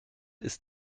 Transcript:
ist